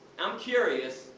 i'm curious,